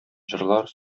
җырлар